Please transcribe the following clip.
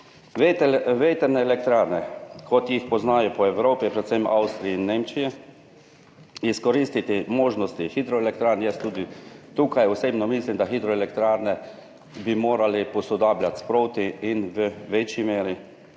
Vetrne elektrarne, kot jih poznajo po Evropi, predvsem v Avstriji in Nemčiji, izkoristiti možnosti hidroelektrarn, osebno tudi tukaj mislim, da bi morali hidroelektrarne posodabljati sproti in v večji meri.